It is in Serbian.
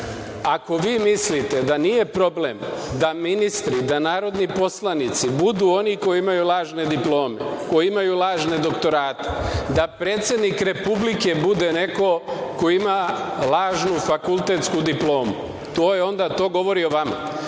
ako vi mislite da nije problem da ministri i narodni poslanici budu oni koji imaju lažne diplome, koji imaju lažne doktorate, da predsednik Republike bude neko ko ima lažnu fakultetsku diplomu, to onda govori o